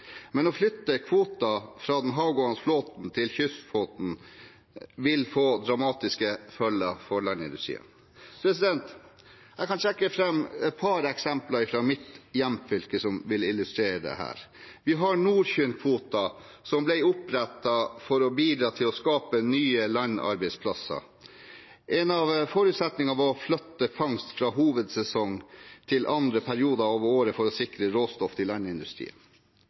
men å flytte kvoter fra den havgående flåten til kystflåten vil få dramatiske følger for landindustrien. Jeg kan trekke fram et par eksempler fra mitt hjemfylke som vil illustrere dette. Vi har Nordkinnkvoten, som ble opprettet for å bidra til å skape nye landarbeidsplasser. En av forutsetningene var å flytte fangst fra hovedsesong til andre perioder av året for å sikre råstoff til landindustrien.